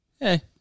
hey